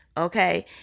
Okay